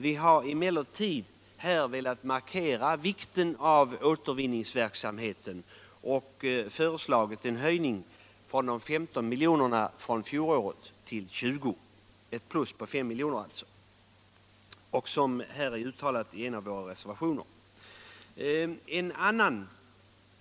Vi har emellertid här velat markera vikten av återvinningsverksamheten och föreslagit en höjning från de 15 miljonerna från fjolåret till 20 miljoner, ett plus på 5 milj.kr., vilket är uttalat i en av våra reservationer.